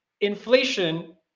inflation